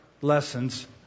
lessons